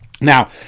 Now